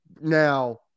now